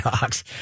dogs